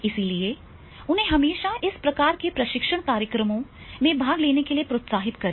इसलिए उन्हें हमेशा इस प्रकार के प्रशिक्षण कार्यक्रमों में भाग लेने के लिए प्रोत्साहित करें